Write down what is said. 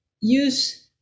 use